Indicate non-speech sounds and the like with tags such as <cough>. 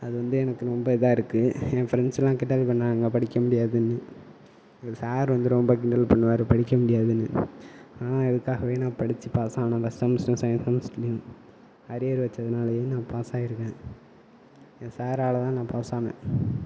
அது வந்து எனக்கு ரொம்ப இதாக இருக்குது என் ஃப்ரெண்ட்ஸெலாம் கிண்டல் என்னால் படிக்க முடியாதுன்னு <unintelligible> சார் வந்து ரொம்ப கிண்டல் பண்ணிணாரு படிக்க முடியாதுன்னு ஆனால் இதுக்காகவே நான் படித்து பாஸ் ஆகினேன் ஃபர்ஸ்ட் செமஸ்டரும் செகண்ட் செமஸ்டருலேயும் அரியர் வச்சுதுனாலயும் நான் பாஸ் ஆகிருக்கேன் என் சாரால் தான் நான் பாஸ் ஆகினேன்